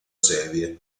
serie